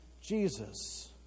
Jesus